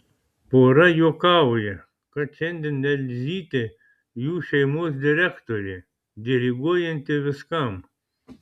pora juokauja kad šiandien elzytė jų šeimos direktorė diriguojanti viskam